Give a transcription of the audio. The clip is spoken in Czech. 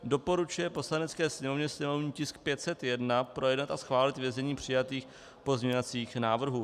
a) doporučuje Poslanecké sněmovně sněmovní tisk 501 projednat a schválit ve znění přijatých pozměňovacích návrhů.